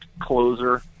closer